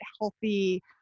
healthy